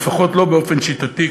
לפחות לא באופן שיטתי,